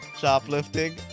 Shoplifting